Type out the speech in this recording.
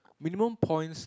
minimum points